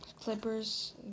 Clippers